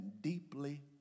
deeply